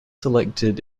selected